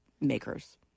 makers